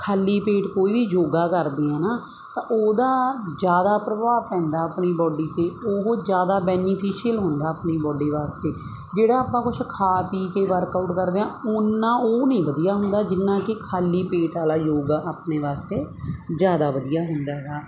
ਖਾਲੀ ਪੇਟ ਕੋਈ ਵੀ ਯੋਗਾ ਕਰਦੀ ਹੈ ਨਾ ਤਾਂ ਉਹਦਾ ਜ਼ਿਆਦਾ ਪ੍ਰਭਾਵ ਪੈਂਦਾ ਆਪਣੀ ਬਾਡੀ 'ਤੇ ਉਹ ਜ਼ਿਆਦਾ ਬੈਨੀਫਿਸ਼ਅਲ ਹੁੰਦਾ ਆਪਣੀ ਬੋਡੀ ਵਾਸਤੇ ਜਿਹੜਾ ਆਪਾਂ ਕੁਛ ਖਾ ਪੀ ਕੇ ਵਰਕਆਊਟ ਕਰਦੇ ਹਾਂ ਓਨਾ ਉਹ ਨਹੀਂ ਵਧੀਆ ਹੁੰਦਾ ਜਿੰਨਾ ਕਿ ਖਾਲੀ ਪੇਟ ਵਾਲਾ ਯੋਗਾ ਆਪਣੇ ਵਾਸਤੇ ਜ਼ਿਆਦਾ ਵਧੀਆ ਹੁੰਦਾ ਹੈਗਾ